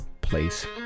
place